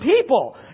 people